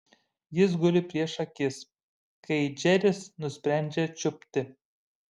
jis guli prieš akis kai džeris nusprendžia čiupti